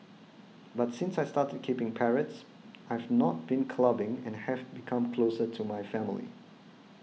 but since I started keeping parrots I've not been clubbing and have become closer to my family